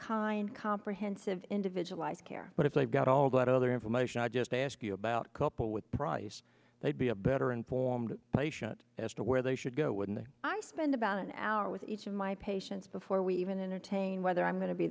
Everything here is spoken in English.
kind comprehensive individualized care but if they've got all that other information i just ask you about a couple with price they'd be a better informed patient as to where they should go when i spend about an hour with my patients before we even entertain whether i'm going to be